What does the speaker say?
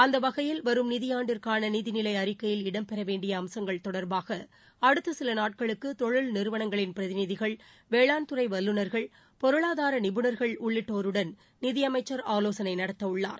அந்த வகையில் வரும் நிதியாண்டிற்கான நிதிநிலை அறிக்கையில் இடம்பெற வேண்டிய அம்சங்கள் தொடர்பாக அடுத்த சில நாட்களுக்கு தொழில்நிறுவனங்களின் பிரதிநிதிகள் வேளாண்துறை வல்லுநர்கள் பொருளாதார நிபுணர்கள் உள்ளிட்டோருடன் நிதியமைச்சர் ஆலோசனை நடத்தவுள்ளார்